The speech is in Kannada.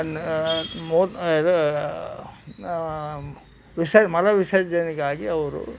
ನ್ ಮು ಇದ ವಿಸ ಮಲವಿಸರ್ಜನೆಗಾಗಿ ಅವರು